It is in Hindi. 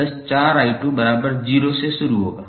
यह 206𝑖110𝑖24𝑖20 से शुरू होगा